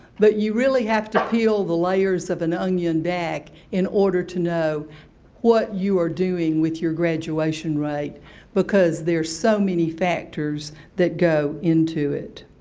but you really have to peel the layers of an onion back in order to know what you are doing with your graduation rate because there are so many factors that go into it.